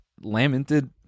lamented